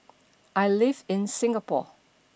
I live in Singapore